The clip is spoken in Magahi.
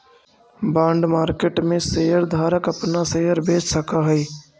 बॉन्ड मार्केट में शेयर धारक अपना शेयर बेच सकऽ हई